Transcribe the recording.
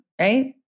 Right